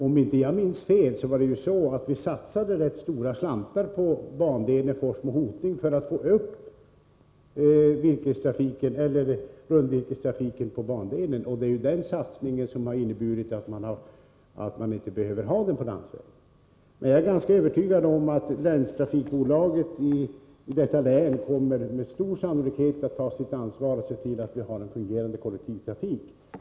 Om jag inte minns fel, satsade vi rätt stora slantar på bandelen Forsmo-Hoting för att få upp rundvirkestransporterna på den bandelen. Den satsningen har inneburit att man inte behöver ha dessa iransporter på landsvägen. Jag är ganska övertygad om att länstrafikbolaget i detta län kommer att ta sitt ansvar och se till att det finns en fungerande kollektivtrafik.